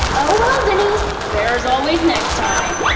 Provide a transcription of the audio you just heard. oh well, denise, there's always next time.